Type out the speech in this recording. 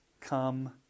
come